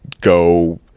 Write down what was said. go